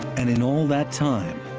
and in all that time,